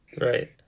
Right